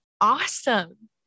awesome